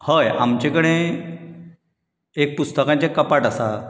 हय आमचे कडेन एक पुस्तकाचें कपाट आसा